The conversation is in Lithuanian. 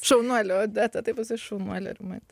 šaunuolė odeta taip esi šaunuolė rimant